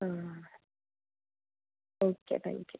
ആ okay thank U